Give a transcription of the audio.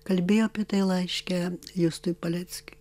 kalbėjo apie tai laiške justui paleckiui